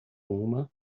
uma